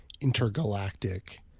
intergalactic